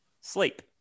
sleep